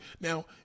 Now